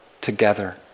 together